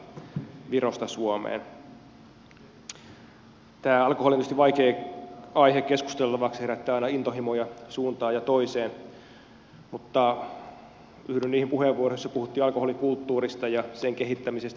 tämä alkoholi on tietysti vaikea aihe keskustella koska se herättää aina intohimoja suuntaan ja toiseen mutta yhdyn niihin puheenvuoroihin joissa puhuttiin alkoholikulttuurista ja sen kehittämisestä